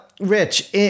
Rich